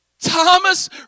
Thomas